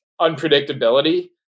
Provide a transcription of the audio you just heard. unpredictability